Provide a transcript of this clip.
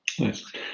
Nice